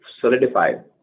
solidified